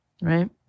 right